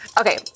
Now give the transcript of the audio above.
Okay